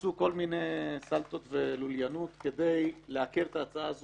עשו כל מיני סלטות ולוליינות כדי לעקר את ההצעה הזאת